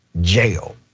jail